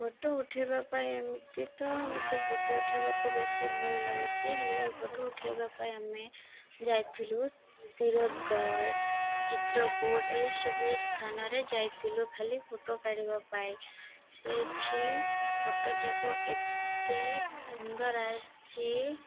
photo ଉଠେଇବା ପାଇଁ ଏମିତି ତ ମତେ ଫଟୋ ଉଠେଇବାକୁ ବେଶୀ ଭଲ ଲାଗୁଛି ହେଲେ ବି ଫଟୋ ଉଠେଇବା ପାଇଁ ଆମେ ଯାଇଥିଲୁ ତିରଧଗଡ଼ ଚିତ୍ରକୁଟ ଏହିସବୁ ସ୍ଥାନରେ ଯାଇଥିଲୁ ଖାଲି ଫଟୋ କାଢ଼ିବା ପାଇଁ ସେଇଠି ଫଟୋ ଯାକ ଏତେ ସୁନ୍ଦର ଆସିଛି